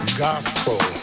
gospel